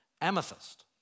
amethyst